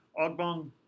Ogbong